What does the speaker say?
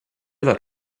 that